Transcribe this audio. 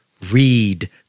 read